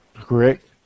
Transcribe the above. correct